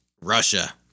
Russia